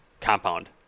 compound